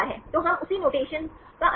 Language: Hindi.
तो हम उसी नोटेशन का अनुसरण कर सकते हैं